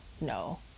no